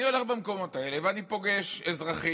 אני הולך במקומות האלה ואני פוגש אזרחים,